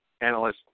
analysts